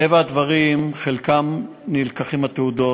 מטבע הדברים, מחלקם נלקחות התעודות,